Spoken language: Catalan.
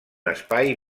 espai